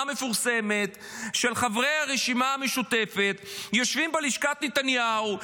המפורסמת של חברי הרשימה המשותפת יושבים בלשכת נתניהו,